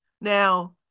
Now